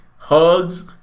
Hugs